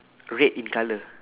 red in colour